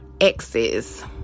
exes